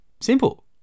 Simple